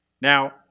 Now